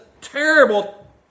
terrible